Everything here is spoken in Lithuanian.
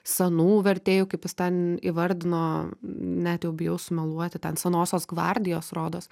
senų vertėjų kaip jis ten įvardino net jau bijau sumeluoti ten senosios gvardijos rodos